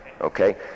okay